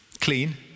clean